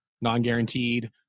non-guaranteed